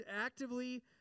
actively